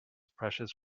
precious